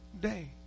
day